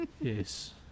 Yes